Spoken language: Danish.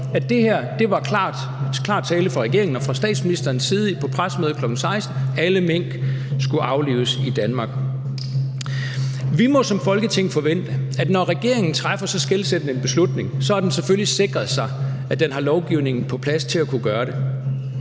at det her var klar tale fra regeringen og fra statsministerens side på pressemødet kl. 16.00: Alle mink skulle aflives i Danmark. Vi må som Folketing forvente, at når regeringen træffer så skelsættende en beslutning, så har den selvfølgelig sikret sig, at den har lovgivningen på plads til at kunne gøre det.